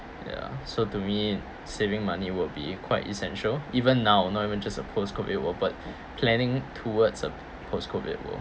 ya so to me saving money would be quite essential even now not even just a post COVID world but planning towards a post COVID world